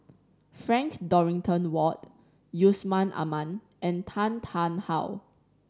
Frank Dorrington Ward Yusman Aman and Tan Tarn How